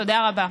תודה רבה.